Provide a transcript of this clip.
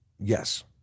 Yes